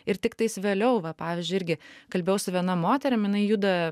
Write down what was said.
ir tiktais vėliau va pavyzdžiui irgi kalbėjau su viena moterim jinai juda